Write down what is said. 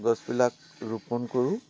গছবিলাক ৰোপণ কৰোঁ